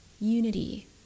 Unity